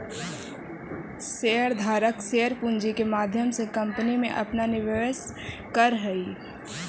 share धारक share पूंजी के माध्यम से कंपनी में अपना निवेश करऽ हई